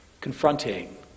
confronting